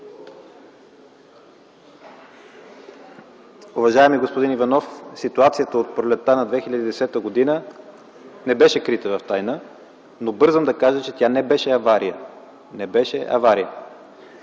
Уважаеми господин Иванов, ситуацията от пролетта на 2010 г. не беше крита в тайна, но бързам да кажа, че тя не беше авария. Не беше авария!